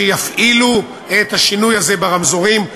שיפעילו את השינוי הזה ברמזורים,